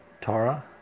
Tara